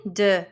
de